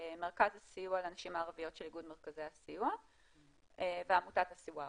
מרכז הסיוע לנשים הערביות של איגוד מרכזי הסיוע ועמותת אלסואר